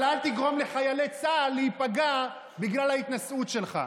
אבל אל תגרום לחיילי צה"ל להיפגע בגלל ההתנשאות שלך.